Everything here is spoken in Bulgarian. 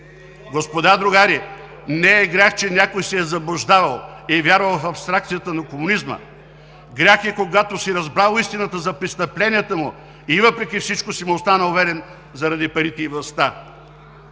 Господа – другари, не е грях, че някой се е заблуждавал и е вярвал в абстракцията на комунизма. Грях е, когато си разбрал истината за престъпленията му и въпреки всичко си му останал верен заради парите и властта.